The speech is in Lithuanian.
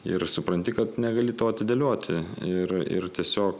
ir supranti kad negali to atidėlioti ir ir tiesiog